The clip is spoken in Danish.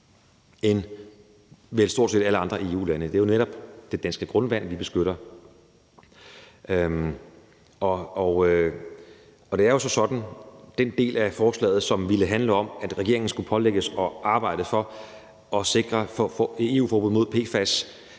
end vel stort set alle andre EU-lande. Det er netop det danske grundvand, vi beskytter. Det er jo så sådan, at den del af forslaget, som handler om, at regeringen skulle pålægges at arbejde for at sikre EU-forbud mod PFAS